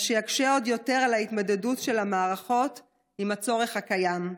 מה שיקשה עוד יותר על ההתמודדות של המערכות עם הצורך הקיים.